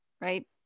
right